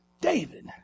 David